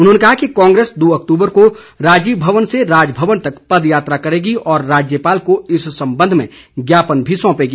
उन्होंने कहा कि कांग्रेस दो अक्तूबर को राजीव भवन से राजभवन तक पद यात्रा करेगी और राज्यपाल को इस संबंध में ज्ञापन भी सौंपेगी